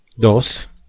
Dos